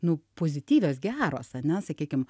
nu pozityvios geros ane sakykim